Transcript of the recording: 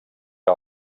que